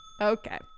Okay